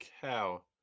cow